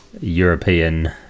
European